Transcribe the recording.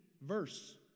verse